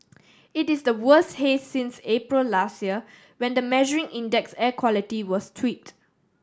it is the worst haze since April last year when the measuring index air quality was tweaked